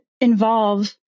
involve